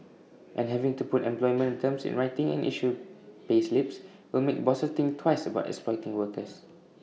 and having to put employment terms in writing and issue payslips will make bosses think twice about exploiting workers